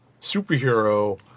superhero